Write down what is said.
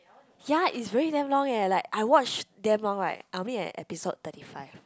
ya it's really damn long eh like I watch damn long right I only at episode thirty five